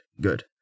good